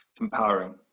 Empowering